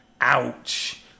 ouch